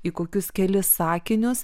į kokius kelis sakinius